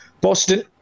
Boston